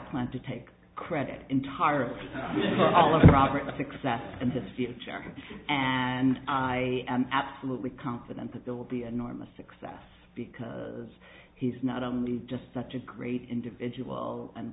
plan to take credit entirely all of the progress of success in this feature and i am absolutely confident that there will be an enormous success because he's not only just such a great individual and